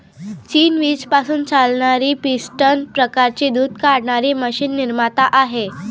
चीन वीज पासून चालणारी पिस्टन प्रकारची दूध काढणारी मशीन निर्माता आहे